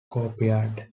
courtyard